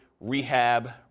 rehab